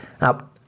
Now